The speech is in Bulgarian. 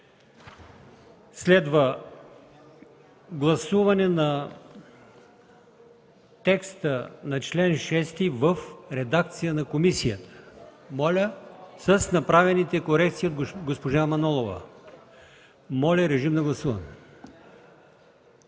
Следва гласуване на текста на чл. 6 в редакция на комисията с направените корекции от госпожа Манолова. Моля, режим на гласуване.